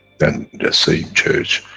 then the same church,